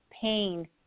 pain